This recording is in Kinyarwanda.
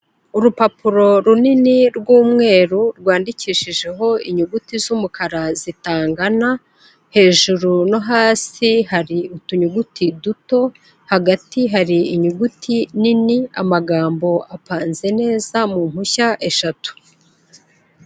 Urupapuro runini rw'umweru rwandikishijeho inyuguti z'umukara zitangana, hejuru no hasi hari utuyuguti duto, hagati hari inyuguti nini, amagambo apanze neza mu mpushya eshatu.